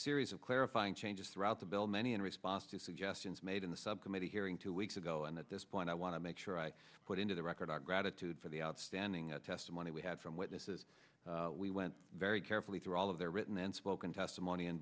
series of clarifying changes throughout the bill many in response to suggestions made in the subcommittee hearing two weeks ago and at this point i want to make sure i put into the record our gratitude for the outstanding testimony we had from witnesses we went very carefully through all of their written and spoken testimony